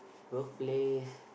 workplace